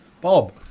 Bob